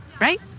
right